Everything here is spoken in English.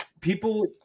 people